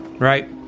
Right